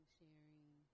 sharing